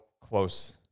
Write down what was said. close